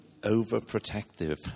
overprotective